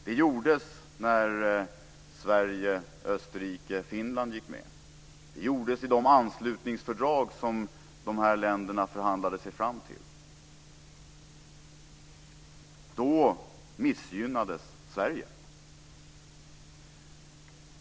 Det gjordes när Sverige, Österrike och Finland gick med. Det gjordes i de anslutningsfördrag som dessa länder förhandlade sig fram till. Då missgynnades Sverige.